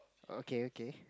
okay okay